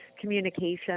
communication